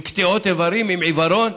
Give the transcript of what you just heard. עם קטיעות איברים, עם עיוורון,